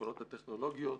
וביכולות הטכנולוגיות